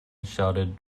shouted